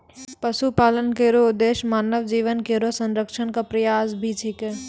पशुपालन केरो उद्देश्य मानव जीवन केरो संरक्षण क प्रयास भी छिकै